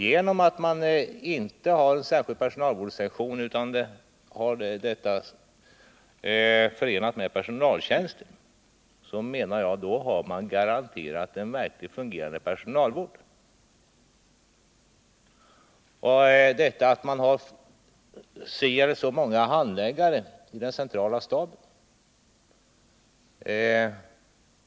Genom att man inte har en särskild personalvårdssektion utan låter personalvården ingå i personaltjänsten har man, menar jag, garanterat en fungerande personalvård. Man säger att det finns så många handläggare i den centrala staben.